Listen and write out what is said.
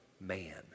man